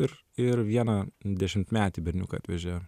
ir ir vieną dešimtmetį berniuką atvežė